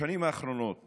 בשנים האחרונות